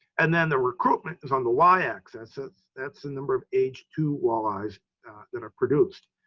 and then the recruitment is on the y axis. that's that's the number of age two walleyes that are produced.